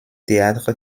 théâtre